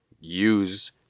use